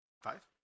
Five